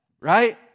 right